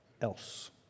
else